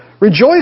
Rejoice